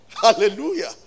Hallelujah